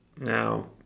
Now